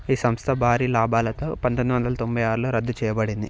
ఈ సంస్థ భారీ లాభాలతో పంతొమ్మిది వందల తొంభై ఆరులో రద్దు చేయబడింది